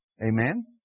Amen